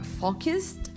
focused